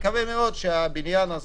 נקווה מאוד שגם הבניין הזה